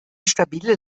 stabile